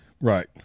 Right